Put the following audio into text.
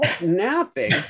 napping